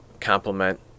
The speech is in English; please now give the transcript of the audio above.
complement